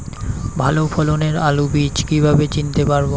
ভালো ফলনের আলু বীজ কীভাবে চিনতে পারবো?